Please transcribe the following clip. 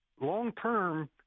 long-term